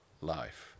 life